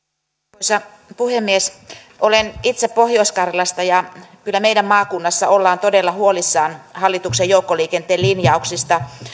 arvoisa puhemies olen itse pohjois karjalasta ja kyllä meidän maakunnassamme ollaan todella huolissaan hallituksen joukkoliikenteen linjauksista